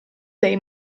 dei